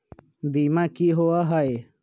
बीमा की होअ हई?